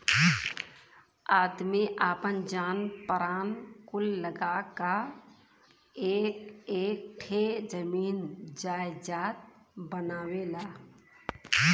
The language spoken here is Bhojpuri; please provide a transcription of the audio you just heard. आदमी आपन जान परान कुल लगा क एक एक ठे जमीन जायजात बनावेला